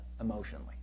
emotionally